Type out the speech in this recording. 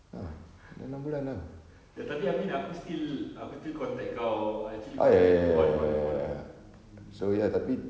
ya tapi I mean aku still contact aku still contact kau I still contact you on on on mm